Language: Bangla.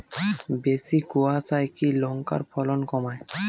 বেশি কোয়াশায় কি লঙ্কার ফলন কমায়?